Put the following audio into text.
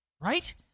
Right